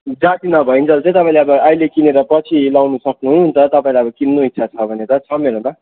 जाती नभइन्जेल चाहिँ तपाईँले अब अहिले किनेर पछि लगाउनु सक्नुहुन्छ तपाईँ अब किन्नु इच्छा छ भने त छ मेरोमा